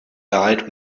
died